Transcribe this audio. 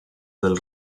del